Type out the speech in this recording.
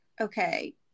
okay